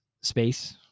space